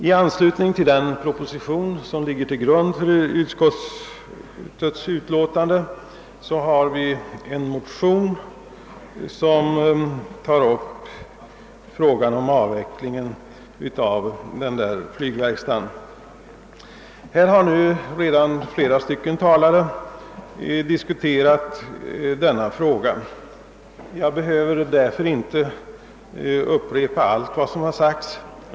I anslutning till den proposition som ligger till grund för utskottets utlåtande har vi i de likalydande motionerna +1I:850 och II: 1099 tagit upp frågan om avvecklingen av verkstaden. Flera av de föregående talarna har redan behandlat saken, och jag skall självfallet inte upprepa allt vad som sagts.